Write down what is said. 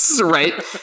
right